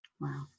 Wow